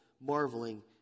marveling